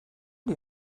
die